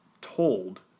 told